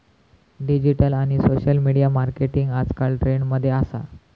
digital आणि social media marketing आजकल trend मध्ये असा